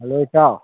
hello ꯏꯇꯥꯎ